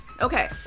Okay